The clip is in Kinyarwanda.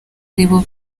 aribo